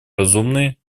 разумные